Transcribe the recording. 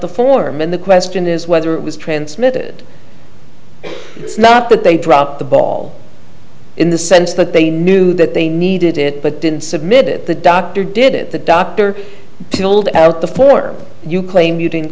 the form and the question is whether it was transmitted it's not that they dropped the ball in the sense that they knew that they needed it but didn't submit it the doctor did it the doctor told before you claim you didn't